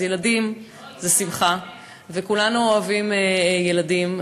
אז ילדים זה שמחה וכולנו אוהבים ילדים.